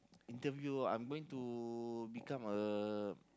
interview I'm going to become a